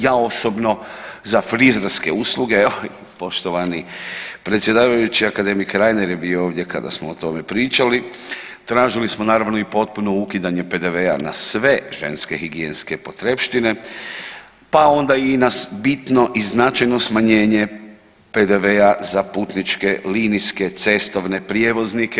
Ja osobno za frizerske usluge, evo poštovani predsjedavajući akademik Reiner je bio ovdje kada smo o tome pričali, tražili smo naravno i potpuno ukidanje PDV-a na sve ženske higijenske potrepštine, pa onda i na bitno i značajno smanjenje PDV-a za putničke, linijske, cestovne prijevoznike.